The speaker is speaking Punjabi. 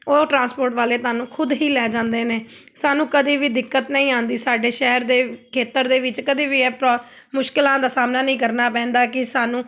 ਉਹ ਟਰਾਂਸਪੋਰਟ ਵਾਲੇ ਤੁਹਾਨੂੰ ਖੁਦ ਹੀ ਲੈ ਜਾਂਦੇ ਨੇ ਸਾਨੂੰ ਕਦੇ ਵੀ ਦਿੱਕਤ ਨਹੀਂ ਆਉਂਦੀ ਸਾਡੇ ਸ਼ਹਿਰ ਦੇ ਖੇਤਰ ਦੇ ਵਿੱਚ ਕਦੇ ਵੀ ਇਹ ਪ੍ਰੋਬ ਮੁਸ਼ਕਿਲਾਂ ਦਾ ਸਾਹਮਣਾ ਨਹੀਂ ਕਰਨਾ ਪੈਂਦਾ ਕਿ ਸਾਨੂੰ